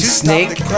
snake